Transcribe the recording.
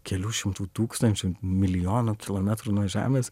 kelių šimtų tūkstančių milijonų kilometrų nuo žemės